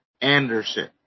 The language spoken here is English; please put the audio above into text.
Anderson